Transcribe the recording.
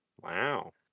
Wow